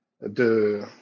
de